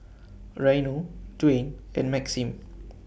Reino Dwyane and Maxim